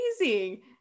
amazing